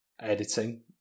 editing